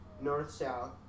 north-south